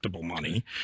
money